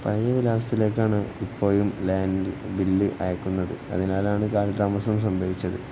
പഴയ വിലാസത്തിലേക്കാണ് ഇപ്പോഴും ലാൻഡ് ബില്ല് അയക്കുന്നത് അതിനാലാണു കാലതാമസം സംഭവിച്ചത്